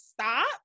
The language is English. stop